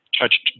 touched